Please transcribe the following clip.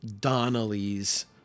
Donnelly's